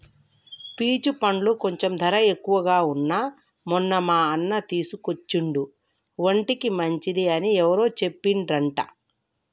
peach పండ్లు కొంచెం ధర ఎక్కువగా వున్నా మొన్న మా అన్న తీసుకొచ్చిండు ఒంటికి మంచిది అని ఎవరో చెప్పిండ్రంట